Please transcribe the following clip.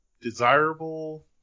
desirable